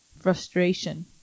frustration